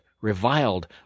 reviled